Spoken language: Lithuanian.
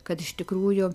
kad iš tikrųjų